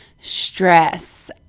stress